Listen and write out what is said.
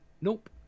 Nope